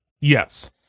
Yes